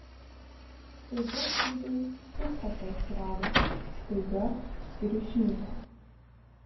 staiga žydai štuthofe atsirado staiga ir išnyko